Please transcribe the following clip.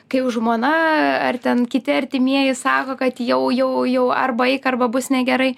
kai jau žmona ar ten kiti artimieji sako kad jau jau jau arba eik arba bus negerai